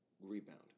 Rebound